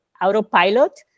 autopilot